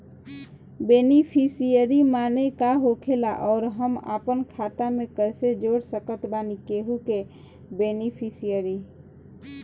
Beneficiary माने का होखेला और हम आपन खाता मे कैसे जोड़ सकत बानी केहु के बेनीफिसियरी?